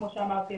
כמו שאמרתי,